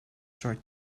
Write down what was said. tried